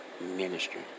ministry